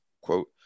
quote